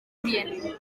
orient